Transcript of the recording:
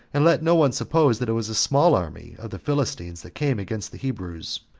and let no one suppose that it was a small army of the philistines that came against the hebrews,